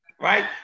right